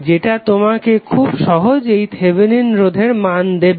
যেটা তোমাকে খুব সহজেই থেভেনিন রোধের মান দেবে